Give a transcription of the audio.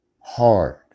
hard